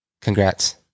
congrats